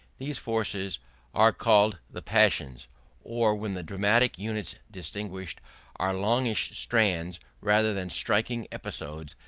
these forces are called the passions or when the dramatic units distinguished are longish strands rather than striking episodes,